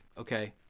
okay